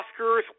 Oscars